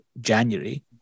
January